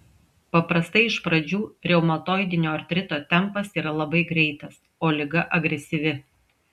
paprastai iš pradžių reumatoidinio artrito tempas yra labai greitas o liga agresyvi